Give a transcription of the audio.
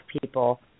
people